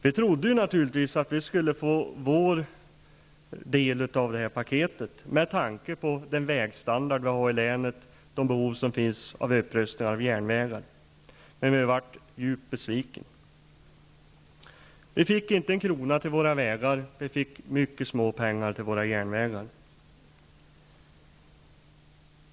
Vi trodde naturligtvis att vi skulle få vår del av paketet, med tanke på vägstandarden i länet och behovet av upprustning av järnvägar. Men vi blev djupt besvikna. Vi fick inte en krona till våra vägar, och vi fick mycket små pengar till våra järnvägar.